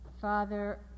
father